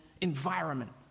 environment